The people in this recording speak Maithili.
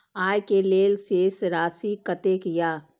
आय के लेल शेष राशि कतेक या?